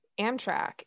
amtrak